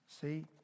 See